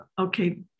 Okay